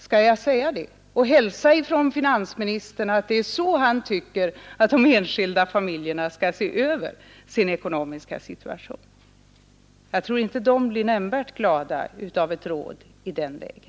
Skall jag säga det och hälsa från finansministern att det är så han tycker att de enskilda familjerna skall se över sin ekonomiska situation. De blir nog inte nämnvärt glada åt ett råd i den vägen.